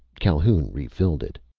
calhoun refilled it.